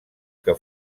que